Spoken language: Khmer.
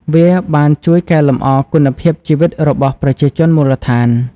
វាបានជួយកែលម្អគុណភាពជីវិតរបស់ប្រជាជនមូលដ្ឋាន។